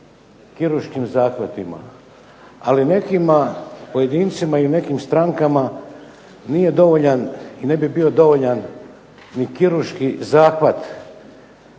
kirurškim zahvatima, ali u nekim pojedincima i u nekim strankama nije dovoljan i ne bi bio dovoljan kirurški zahvat,